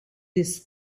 this